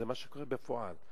זה מה שקורה בפועל.